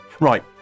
Right